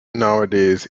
nowadays